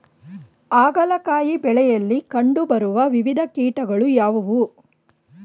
ಹಾಗಲಕಾಯಿ ಬೆಳೆಯಲ್ಲಿ ಕಂಡು ಬರುವ ವಿವಿಧ ಕೀಟಗಳು ಯಾವುವು?